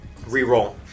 reroll